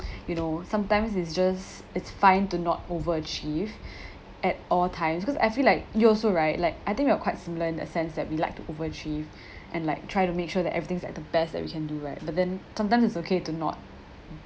you know sometimes it's just it's fine to not over achieve at all times cause I feel like you also right like I think we are quite similar in that sense that we like to over achieve and like try to make sure that everything's at the best that we can do it but then sometimes it's okay to not